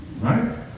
right